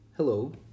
Hello